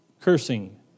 cursing